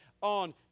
on